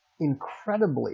incredibly